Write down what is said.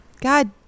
God